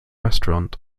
restaurant